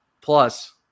plus